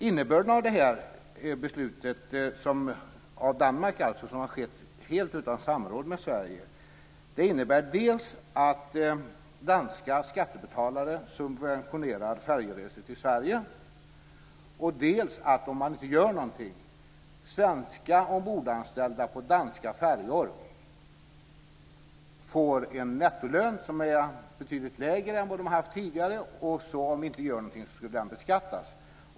Innebörden av beslutet i Danmark, som har skett helt utan samråd med Sverige, är dels att danska skattebetalare subventionerar färjeresor till Sverige, dels att om man inte gör någonting får svenska ombordanställda på danska färjor en nettolön som är betydligt lägre vad de har haft tidigare och som, om man inte gör någonting, beskattas.